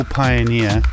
pioneer